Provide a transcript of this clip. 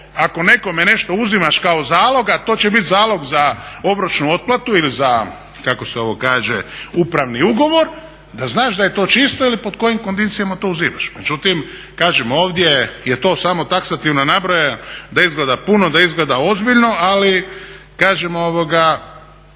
ako nekome nešto uzimaš kao zalog, a to će biti zalog za obročnu otplatu ili za kako se ovo kaže upravni ugovor, da znaš da je to čisto ili pod kojim kondicijama to uzimaš. Međutim ovdje je to samo taksativno nabrojeno, da izgleda puno, da izgleda ozbiljno ali to je tako.